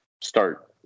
start